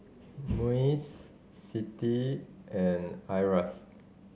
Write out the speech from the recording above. MUIS CITI and IRAS